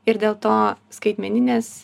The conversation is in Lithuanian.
ir dėl to skaitmeninės